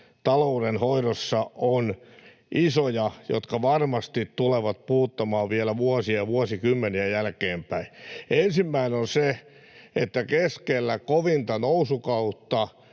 sellaista isoa kohtaa, jotka varmasti tulevat puhuttamaan vielä vuosia ja vuosikymmeniä jälkeenpäin. Ensimmäinen on se, että keskellä kovinta nousukautta